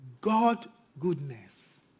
God-goodness